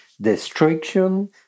destruction